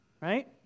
right